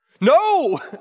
No